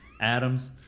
Adams